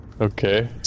Okay